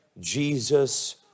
Jesus